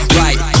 right